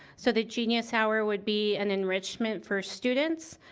so the genius hour would be an enrichment for students,